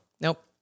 Nope